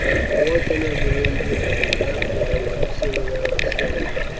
a portion of the legion had been left there when cerealis set out,